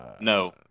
No